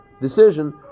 decision